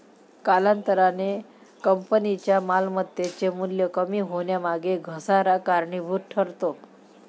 कालांतराने कंपनीच्या मालमत्तेचे मूल्य कमी होण्यामागे घसारा कारणीभूत ठरतो